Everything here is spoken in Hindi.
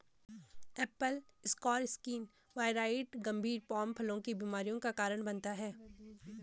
एप्पल स्कार स्किन वाइरॉइड गंभीर पोम फलों की बीमारियों का कारण बनता है